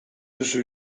duzu